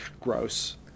Gross